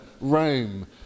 Rome